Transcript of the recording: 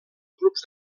grups